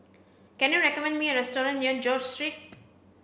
can you recommend me a restaurant near George Street